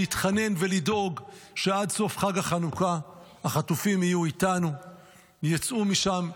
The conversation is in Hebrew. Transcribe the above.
להתחנן ולדאוג שעד סוף חג החנוכה החטופים יהיו איתנו ויצאו משם.